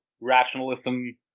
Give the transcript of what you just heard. rationalism